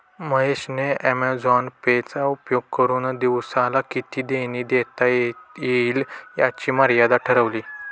महेश ने Amazon pay चा उपयोग करुन दिवसाला किती देणी देता येईल याची मर्यादा ठरवली